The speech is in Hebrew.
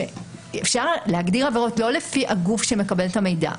שאפשר להגדיר עבירות לא לפי הגוף שמקבל את המידע,